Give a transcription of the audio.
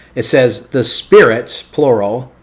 it says, the spirits, plural,